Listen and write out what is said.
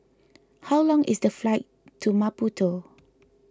how long is the flight to Maputo